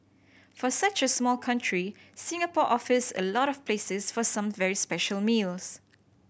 for such a small country Singapore offers a lot of places for some very special meals